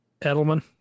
Edelman